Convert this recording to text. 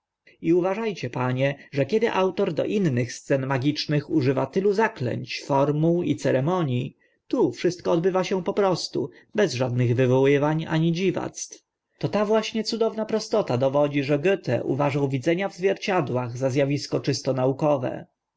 i uważa cie panie że kiedy autor do innych scen magicznych używa tylu zaklęć formuł i ceremonii tu wszystko odbywa się po prostu bez żadnych wywoływań ani dziwactw ta to właśnie cudowna prostota dowodzi że goethe uważał widzenia w zwierciadłach za z awisko czysto naukowe